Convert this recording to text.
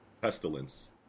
Pestilence